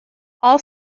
all